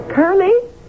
Curly